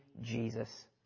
Jesus